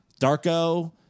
Darko